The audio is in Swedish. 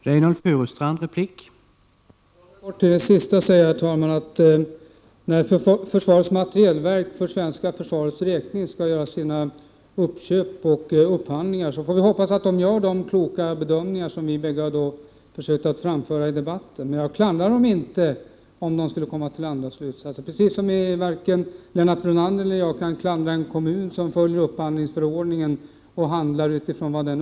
Herr talman! När försvarets materielverk för svenska försvarets räkning skall göra sina uppköp och sina upphandlingar får vi hoppas att det gör sådana kloka bedömningar som vi har försökt framföra i debatten. Men jag klandrar inte verket om det skulle komma fram till andra slutsatser. Varken Lennart Brunander eller jag kan klandra en kommun som följer upphandlingsförordningen.